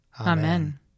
Amen